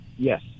Yes